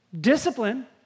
discipline